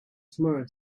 tomorrow